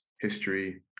history